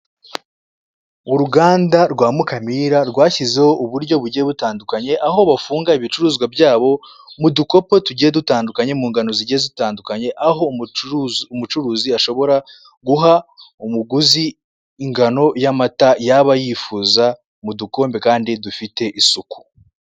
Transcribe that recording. Uruganda rwa mukamira rwashyizeho uburyo bugiye butandukanye, aho bafunga ibicuruzwa byabo mu dukopo tugiye dutandukanye, mu ngano zigiye zitandukanye aho umucuruzi ashobora guha umuguzi ingano y'amata yaba yifuza mu dukombe kandi dufite isuku.